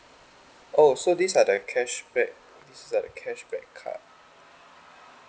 oh so these are the cashback these are the cashback card